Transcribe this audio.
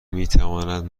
میتواند